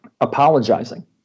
apologizing